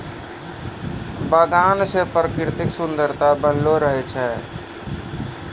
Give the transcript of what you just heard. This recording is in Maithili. बगान से प्रकृतिक सुन्द्ररता बनलो रहै छै